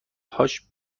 هاش